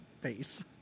face